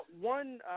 one